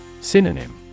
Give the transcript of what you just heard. Synonym